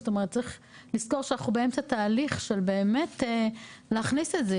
זאת אומרת שצריך לזכור שאנחנו באמצע תהליך של באמת להכניס את זה,